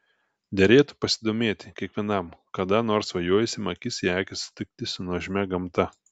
derėtų pasidomėti kiekvienam kada nors svajojusiam akis į akį susitikti su nuožmia gamta